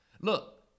Look